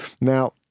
Now